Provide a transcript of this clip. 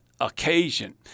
occasion